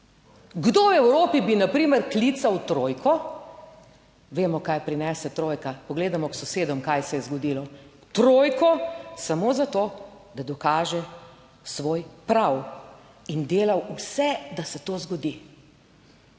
Kdo v Evropi bi na primer klical trojko, vemo kaj prinese trojka, pogledamo k sosedom, kaj se je zgodilo, trojko samo za to, da dokaže svoj prav in delal vse, da se to zgodi.